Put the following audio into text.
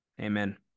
Amen